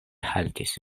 haltis